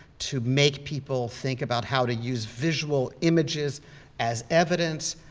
to make people think about how to use visual images as evidence,